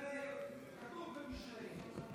כתוב במשלי.